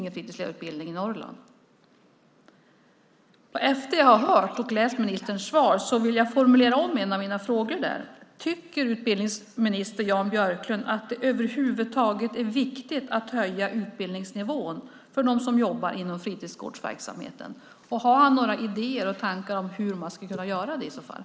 Efter det att jag har hört och läst ministerns svar vill jag formulera om en av mina frågor. Tycker utbildningsminister Jan Björklund att det över huvud taget är viktigt att höja utbildningsnivån för dem som jobbar inom fritidsgårdsverksamheten? Och har han i så fall några idéer och tankar om hur man skulle kunna göra det?